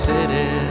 City